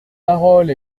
parole